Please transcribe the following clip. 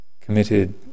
committed